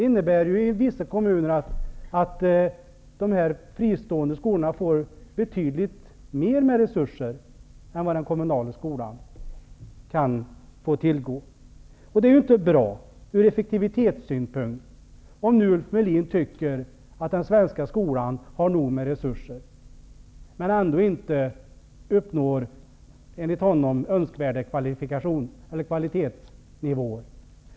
I vissa kommuner får de fristående skolorna betydligt mer av resurser än den kommunala skolan. Det är naturligtvis inte bra ur effektivitetssynpunkt, om Ulf Melin tycker att den svenska skolan har tilräckliga resurser men ändå, som han anser, inte uppnår tillräckligt hög kvalitetsnivå.